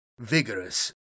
vigorous